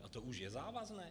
A to už je závazné?